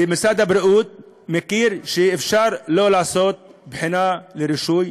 ומשרד הבריאות מכיר שאפשר שלא לעשות בחינה לרישוי